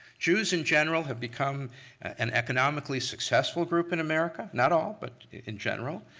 jews in general have become an economically successful group in america. not all, but in general.